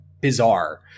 bizarre